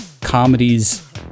comedies